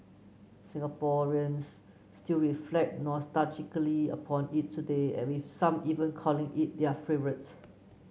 Singaporeans still reflect nostalgically upon it today with some even calling it their favourite